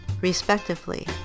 respectively